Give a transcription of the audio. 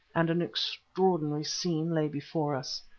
and an extraordinary scene lay before us.